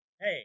Hey